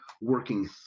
working